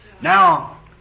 Now